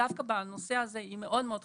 דווקא בנושא הזה היא מאוד מאוד חשובה.